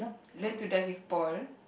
learn to dive with Paul